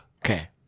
Okay